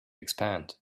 expand